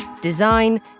design